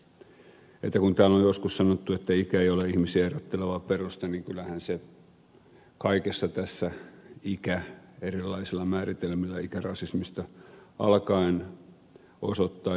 kun täällä on joskus sanottu että ikä ei ole ihmisiä erotteleva peruste niin kyllähän kaikessa tässä ikä erilaisilla määritelmillä ikärasismista alkaen sen osoittaa